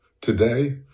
today